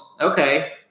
Okay